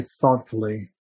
thoughtfully